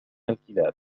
الكلاب